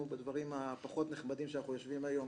בדברים הפחות נחמדים שאנחנו יושבים היום,